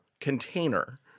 container